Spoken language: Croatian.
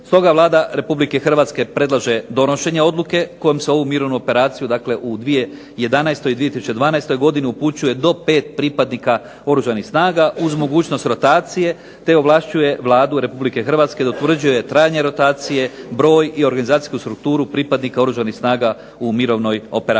Stoga Vlada Republike Hrvatske predlaže donošenje odluke kojom se u ovu mirovnu operaciju dakle u 2011. i 2012. upućuje do pet pripadnika Oružanih snaga uz mogućnost rotacije te ovlašćuje Vladu Republike Hrvatske da utvrđuje trajanje rotacije, broj i organizacijsku strukturu pripadnika Oružanih snaga u mirovnoj operaciji.